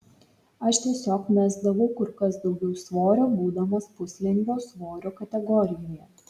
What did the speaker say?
aš tiesiog mesdavau kur kas daugiau svorio būdamas puslengvio svorio kategorijoje